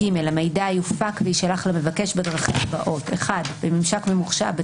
המידע יופק ויישלח למבקש בדרכים הבאות: בממשק ממוחשב,